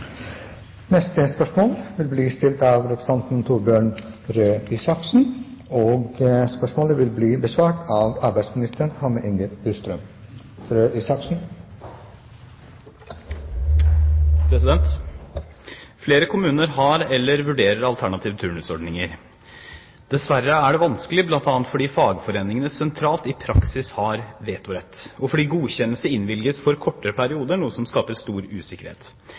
kommuner har eller vurderer alternative turnusordninger. Dessverre er det vanskelig bl.a. fordi fagforeningene sentralt i praksis har «vetorett», og fordi godkjennelser innvilges for korte perioder, noe som skaper stor usikkerhet.